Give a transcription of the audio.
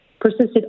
persisted